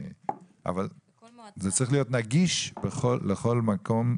אבל זה צריך להיות נגיש לכל אדם בכל מקום.